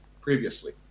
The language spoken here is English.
previously